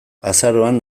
azaroan